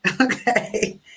Okay